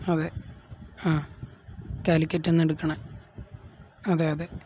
അതെ ആ കാലിക്കറ്റില്നിന്ന് എടുക്കുന്നത് അതെ അതെ